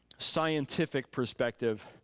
scientific perspective,